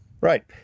Right